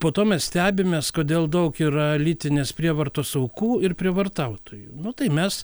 po to mes stebimės kodėl daug yra lytinės prievartos aukų ir prievartautojų nu tai mes